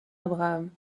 abraham